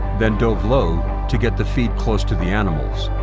then dove low to get the feed close to the animals.